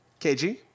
KG